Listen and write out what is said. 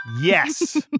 Yes